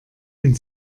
ihn